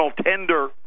tender